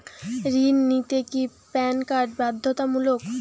ঋণ নিতে কি প্যান কার্ড বাধ্যতামূলক?